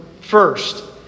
First